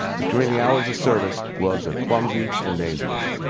but during the hours of service gloves are clumsy and dangerous.